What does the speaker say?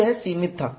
तो यह सीमित था